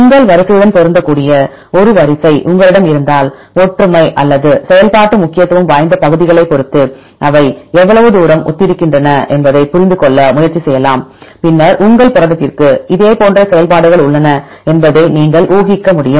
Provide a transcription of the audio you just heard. உங்கள் வரிசையுடன் பொருந்தக்கூடிய ஒரு வரிசை உங்களிடம் இருந்தால் ஒற்றுமை அல்லது செயல்பாட்டு முக்கியத்துவம் வாய்ந்த பகுதிகளைப் பொறுத்து அவை எவ்வளவு தூரம் ஒத்திருக்கின்றன என்பதைப் புரிந்து கொள்ள முயற்சி செய்யலாம் பின்னர் உங்கள் புரதத்திற்கும் இதே போன்ற செயல்பாடுகள் உள்ளன என்பதை நீங்கள் ஊகிக்க முடியும்